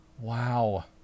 Wow